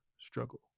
struggle